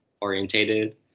orientated